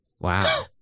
Wow